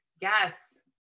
Yes